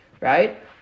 right